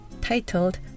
titled